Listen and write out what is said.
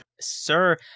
Sir